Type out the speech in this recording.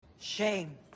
Shame